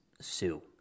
sue